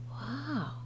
wow